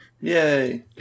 Yay